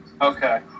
Okay